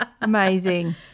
Amazing